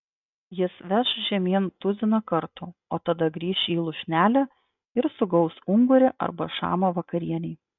jis veš žemyn tuziną kartų o tada grįš į lūšnelę ir sugaus ungurį arba šamą vakarienei